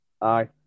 aye